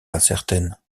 incertaine